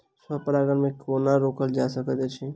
स्व परागण केँ कोना रोकल जा सकैत अछि?